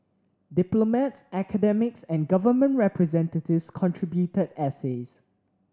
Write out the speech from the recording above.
diplomats academics and government representatives contributed essays